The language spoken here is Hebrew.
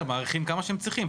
מאריכים להם כמה שהם צריכים.